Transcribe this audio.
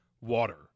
water